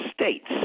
states